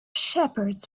shepherds